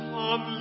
Come